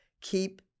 keep